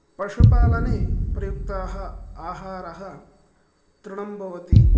पशुपालने प्रयुक्ताः आहारः तृणं भवति